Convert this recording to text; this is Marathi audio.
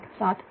98735 j0